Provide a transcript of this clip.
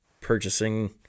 purchasing